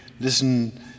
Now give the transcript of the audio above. listen